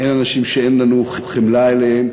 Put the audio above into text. אין אנשים שאין לנו חמלה עליהם.